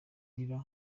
nillan